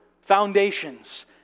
Foundations